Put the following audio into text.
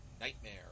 Nightmare